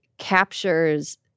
captures